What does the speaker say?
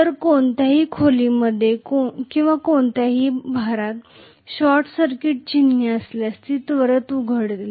तर कोणत्याही खोल्यांमध्ये किंवा कोणत्याही भारात शॉर्ट सर्किट चिन्हे असल्यास ती त्वरित उघडेल